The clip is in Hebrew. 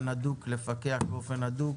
לפקח באופן הדוק